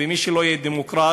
ומי שלא יהיה דמוקרט,